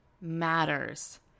Matters